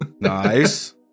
Nice